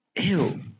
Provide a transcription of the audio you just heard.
Ew